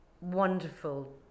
wonderful